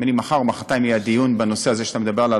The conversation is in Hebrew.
נדמה לי מחר או מחרתיים יהיה הדיון בנושא הזה שאתה מדבר עליו,